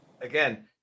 again